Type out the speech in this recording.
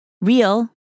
real